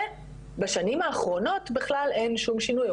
ובשנים האחרונות בכלל אין שום שינוי,